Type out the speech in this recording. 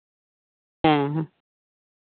ᱦᱮᱸ ᱦᱮᱸ